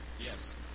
Yes